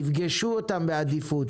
תפגשו אותם בעדיפות?